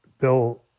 Bill